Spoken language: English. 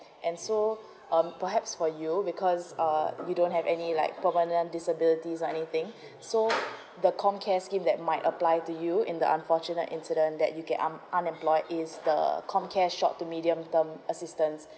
and so um perhaps for you because uh you don't have any like permanent disabilities or anything so the comcare scheme that might apply to you in the unfortunate incident that you get can un~ unemployed is the comcare short to medium term assistance